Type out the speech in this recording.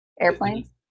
Airplanes